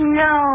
no